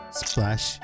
splash